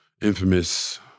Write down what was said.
infamous